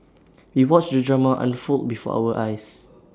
we watched the drama unfold before our eyes